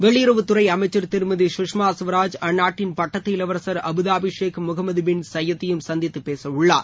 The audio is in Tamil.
வெளியுறவுத்துறை அமைச்சர் திருமதி கஷ்மா ஸ்வராஜ் அந்நாட்டின் பட்டத்து இளவரசர் அபுதாபி ஷேக் முஹமது பின் சயீத்தையும் சந்தித்து பேச உள்ளார்